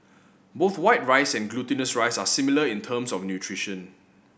both white rice and glutinous rice are similar in terms of nutrition